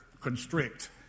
constrict